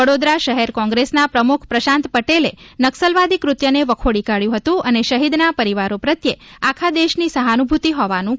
વડોદરા શહેર કોંગ્રેસના પ્રમુખ પ્રશાંત પટેલે નકસલવાદી ક્રત્યને વખોડી કાઢ્યું હતું અને શહીદના પરિવારો પ્રત્યે આખા દેશની સહાનુભૂતી હોવાનું કહ્યું હતું